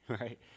right